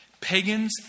Pagans